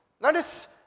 notice